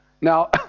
Now